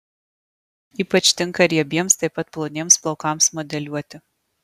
ypač tinka riebiems taip pat ploniems plaukams modeliuoti